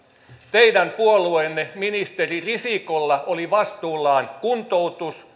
teidän puolueenne ministeri risikolla oli vastuullaan kuntoutus